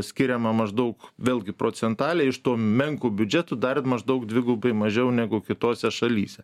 skiriama maždaug vėlgi procentaliai iš to menku biudžetu dar ir maždaug dvigubai mažiau negu kitose šalyse